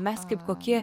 mes kaip kokie